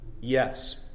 Yes